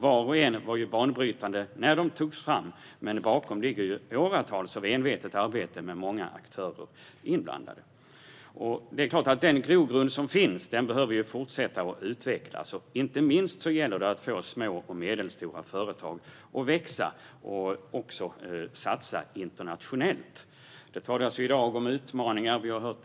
Var och en var banbrytande när de togs fram, men bakom ligger förstås åratal av envetet arbete med många aktörer inblandade. Den grogrund som finns behöver fortsätta utvecklas. Inte minst gäller det att få små och medelstora företag att växa och också satsa internationellt. Det talas i dag om utmaningar.